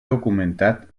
documentat